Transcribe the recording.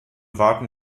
warten